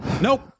Nope